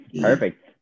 Perfect